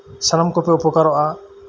ᱥᱟᱱᱟᱢ ᱠᱚᱯᱮ ᱩᱯᱚᱠᱟᱨᱚᱜᱼᱟ